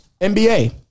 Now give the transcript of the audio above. NBA